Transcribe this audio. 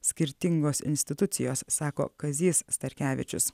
skirtingos institucijos sako kazys starkevičius